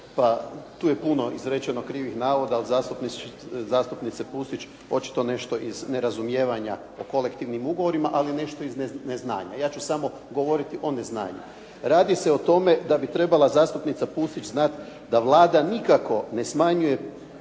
tu je puno izrečeno krivih navoda od zastupnice Pusić. Očito nešto iz nerazumijevanja o kolektivnim ugovorima, ali nešto i iz neznanja. Ja ću samo govoriti o neznanju. Radi se o tome da bi trebala zastupnica Pusić znati, da Vlada nikako ne smanjuje